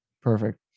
Perfect